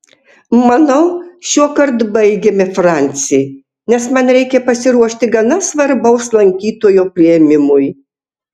manau šiuokart baigėme franci nes man reikia pasiruošti gana svarbaus lankytojo priėmimui